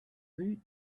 rue